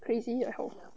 crazy like how